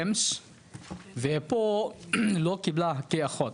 ופה לא קיבלה כאחות.